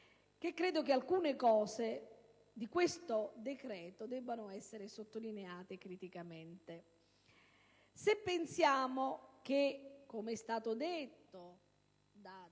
che credo che alcuni aspetti di questo decreto debbano essere sottolineati criticamente. Se pensiamo che - come è stato detto da